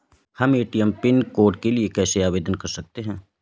हम ATM pin code के लिए कैसे आवेदन कर सकते हैं?